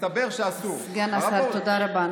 סגן השר, תודה רבה.